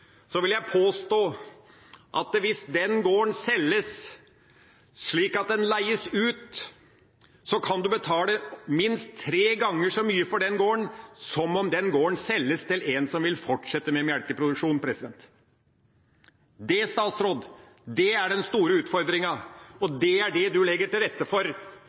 vil jeg påstå at hvis den gården selges slik at den leies ut, kan en betale minst tre ganger så mye for den gården som om den gården selges til en som vil fortsette med melkeproduksjon. Det, statsråd, er den store utfordringa, og det er det det legges til rette for at skal utvikle seg videre. Det er samfunnsskadelig, det er ødeleggende for